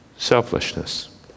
Selfishness